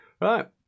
Right